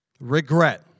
Regret